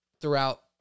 throughout